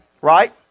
Right